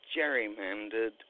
gerrymandered